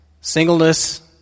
Singleness